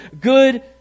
good